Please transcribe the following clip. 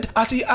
ati